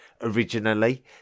Originally